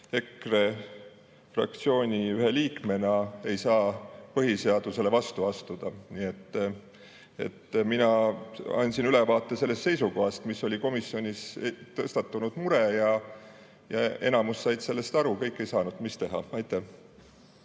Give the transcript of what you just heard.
EKRE fraktsiooni ühe liikmena ei saa põhiseadusele vastu astuda. Mina andsin ülevaate sellest seisukohast, mis oli komisjonis, tõstatunud murest, ja enamus sai sellest aru. Kõik ei saanud. Mis teha? Aitäh